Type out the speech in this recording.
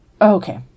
Okay